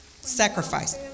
Sacrifice